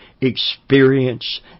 experience